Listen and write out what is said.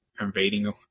invading